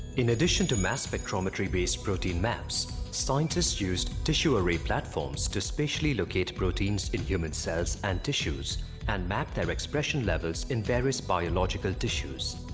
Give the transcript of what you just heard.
in addition to mass spectrometry based protein maps, scientists used tissue array platforms to specially locate proteins in human cells and tissues and map their expression levels in various biological tissues.